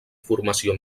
formació